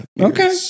Okay